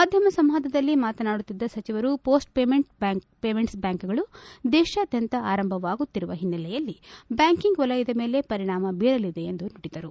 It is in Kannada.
ಮಾಧ್ಯಮ ಸಂವಾದದಲ್ಲಿ ಮಾತನಾಡುತ್ತಿದ್ದ ಸಚಿವರು ಮೋಸ್ಲ್ ಪೇಮೆಂಟ್ಲ್ ಬ್ಲಾಂಕ್ಗಳು ದೇಶಾದ್ಲಂತ ಆರಂಭವಾಗುತ್ತಿರುವ ಹಿನ್ನೆಲೆಯಲ್ಲಿ ಬ್ಲಾಂಕಿಂಗ್ ವಲಯದ ಮೇಲೆ ಪರಿಣಾಮ ಬೀರಲಿದೆ ಎಂದು ನುಡಿದರು